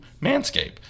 manscape